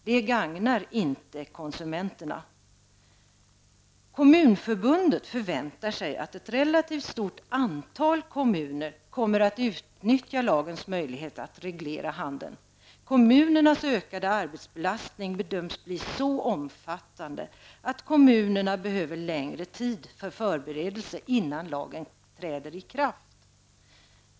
Det gagnar inte konsumenterna. Kommunförbundet förväntar sig att att ett relativt stort antal kommuner kommer utnyttja lagens möjligheter att reglera handeln. Kommunernas ökade arbetsbelastning bedöms bli så omfattande att kommunerna behöver längre tid för förberedelse innan lagen träder i kraft.